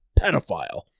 pedophile